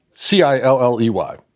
C-I-L-L-E-Y